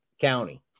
County